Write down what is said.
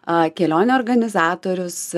a kelionių organizatorius